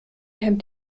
hemmt